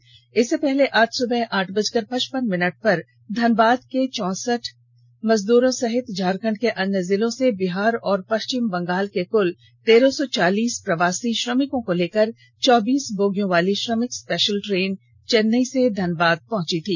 बता दें कि इससे पूर्व आज सुबह आठ बजकर पचपन मिनट पर धनबाद के चौसठ सहित झारखंड के अन्य जिलों सहित बिहार और पश्चिम बंगााल के कल तेरह सौ चालीस प्रवासी श्रमिकों को लेकर चौबीस बोगियों वाली श्रमिक स्पेशल ट्रेन चेन्नई से चलकर धनबाद पहुंची थी